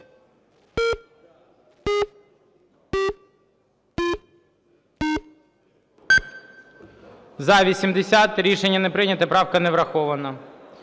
За-80 Рішення не прийнято. Прав ка не врахована.